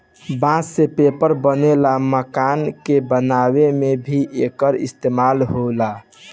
बांस से पेपर बनेला, मकान के बनावे में भी एकर इस्तेमाल होला